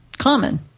common